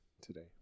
today